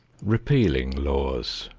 repealing laws